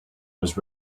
was